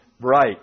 Right